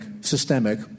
systemic